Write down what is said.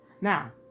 Now